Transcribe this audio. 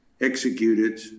executed